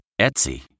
Etsy